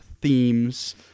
themes